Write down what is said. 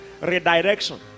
redirection